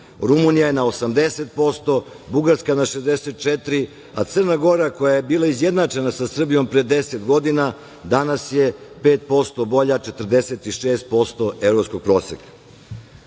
Rumunija je na 80%, Bugarska na 64%, a Crna Gora, koja je bila izjednačena sa Srbijom pre deset godina, danas je 5% bolja, 46% evropskog